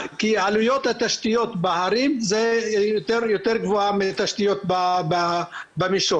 כי עלויות התשתיות בהרים יותר גבוהות מהתשתיות במישור.